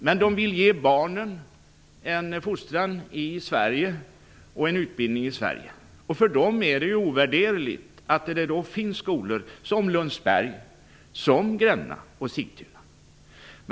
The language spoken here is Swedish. Men de vill ge barnen fostran och utbildning i Sverige. För dem är det ovärderligt att det finns skolor som Lundsberg, Gränna och Sigtuna.